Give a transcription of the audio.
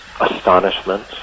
astonishment